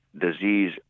disease